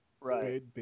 Right